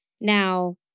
Now